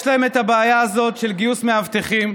יש בעיה לגייס מאבטחים.